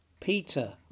Peter